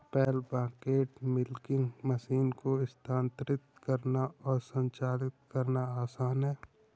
पेल bucket milking machine को स्थानांतरित करना और संचालित करना आसान है